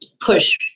push